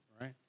right